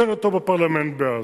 תן אותו בפרלמנט בעזה.